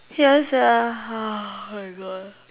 ya sia ah oh my God